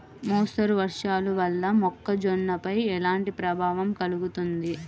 మోస్తరు వర్షాలు వల్ల మొక్కజొన్నపై ఎలాంటి ప్రభావం కలుగుతుంది?